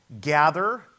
gather